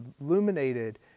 illuminated